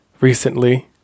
recently